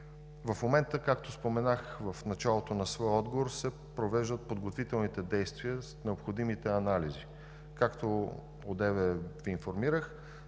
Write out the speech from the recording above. В момента, както споменах в началото на своя отговор, се провеждат подготвителните действия с необходимите анализи. Както преди малко Ви информирах,